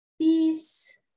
peace